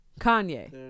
kanye